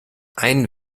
ein